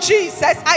Jesus